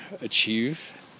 achieve